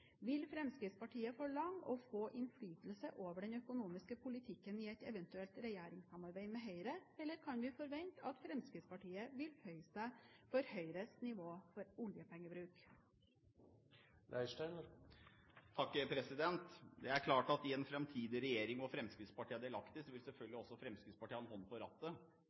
Vil Fremskrittspartiet forlange å få innflytelse over den økonomiske politikken i et eventuelt regjeringssamarbeid med Høyre, eller kan vi vente at Fremskrittspartiet vil føye seg etter Høyres nivå for oljepengebruk? Det er klart at i en framtidig regjering hvor Fremskrittspartiet er delaktig, vil selvfølgelig også Fremskrittspartiet ha en hånd på rattet.